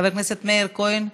חבר הכנסת מאיר כהן,